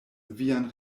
vian